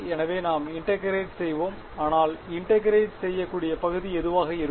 எனவே நாம் இன்டெகிரேட் செய்வோம் ஆனால் இன்டெகிரேட் செய்ய கூடிய பகுதி எதுவாக இருக்கும்